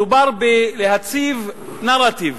מדובר בלכפות נרטיב